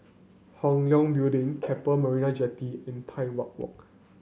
Hong Leong Building Keppel Marina Jetty and Tai Hwan Walk